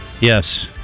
Yes